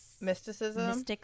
mysticism